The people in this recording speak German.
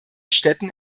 städten